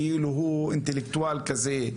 כאילו הוא אינטלקטואל כזה,